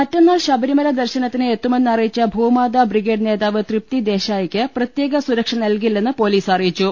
മറ്റന്നാൾ ശബരിമല ദർശനത്തിന് എത്തുമെന്നറിയിച്ച ഭൂമാതാ ബ്രിഗേഡ് നേതാവ് തൃപ്തി ദേശായിക്ക് പ്രത്യേക സുരക്ഷ നൽകി ല്ലെന്ന് പൊലീസ് അറിയിച്ചു